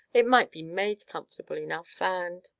it might be made comfortable enough, and